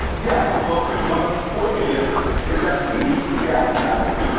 yeah. well, my point is is that we need to shout louder.